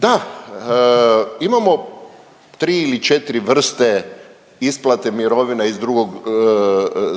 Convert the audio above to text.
Da, imamo 3 ili 4 vrste isplate mirovina iz drugog